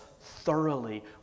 thoroughly